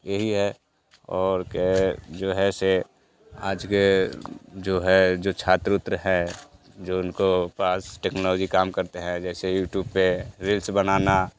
यही है और कि जो है से आज के जो है छात्र उत्र है जो उनके पास टेक्नोलॉजी काम करते हैं जैसे यूट्यूब पर रील्स बनाना